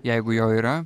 jeigu jo yra